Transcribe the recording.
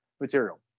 material